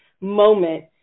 moment